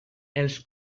els